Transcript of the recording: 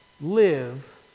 live